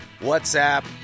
WhatsApp